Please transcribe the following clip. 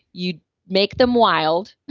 you make them wild,